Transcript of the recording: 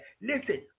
Listen